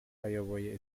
ayoboye